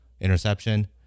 Interception